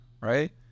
right